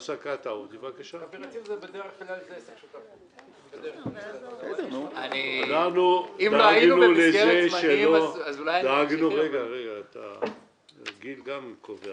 י"ט בטבת התשע"ט, השעה 13:03. זה תענוג גדול לגמור